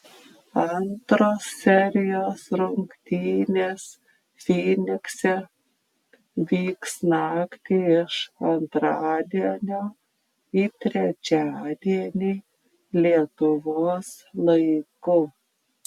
antros serijos rungtynės fynikse vyks naktį iš antradienio į trečiadienį lietuvos laiku